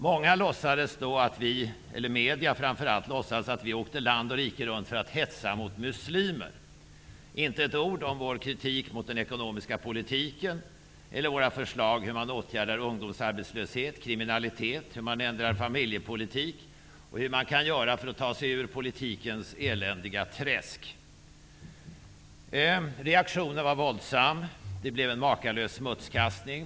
Framför allt media låtsades att vi åkte land och rike runt för att hetsa mot muslimer -- inte ett ord om vår kritik mot den ekonomiska politiken eller om våra förslag hur man åtgärdar ungdomsarbetslöshet och kriminalitet, hur man ändrar familjepolitiken och hur man kan göra för att ta sig ur politikens eländiga träsk. Reaktionen var våldsam. Det blev en makalös smutskastning.